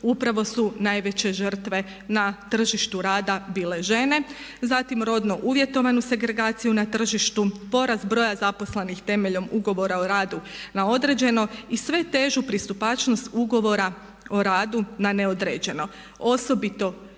upravo su najveće žrtve na tržištu rada bile žene, zatim rodno uvjetovanu segregaciju na tržištu, porast broja zaposlenih temeljem ugovora o radu na određeno i sve težu pristupačnost ugovora o radu na neodređeno osobito ženama.